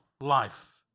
life